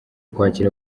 kwakira